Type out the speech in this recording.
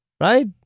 Right